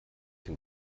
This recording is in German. den